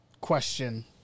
question